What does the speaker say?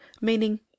meaning